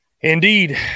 Indeed